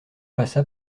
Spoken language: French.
passa